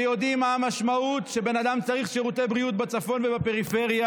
שיודעים מה המשמעות שבן אדם צריך שירותי בריאות בצפון ובפריפריה,